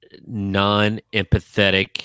non-empathetic